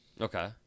Okay